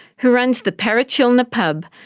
who runs the parachilna pub,